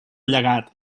llegat